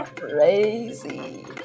crazy